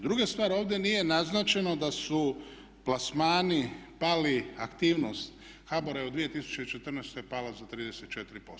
Druga stvar, ovdje nije naznačeno da su plasmani pali, aktivnost HBOR-a je u 2014. je pala za 34%